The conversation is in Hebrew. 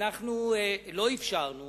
לא אפשרנו